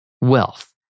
wealth